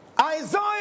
Isaiah